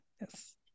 yes